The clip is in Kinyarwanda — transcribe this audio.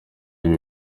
ibi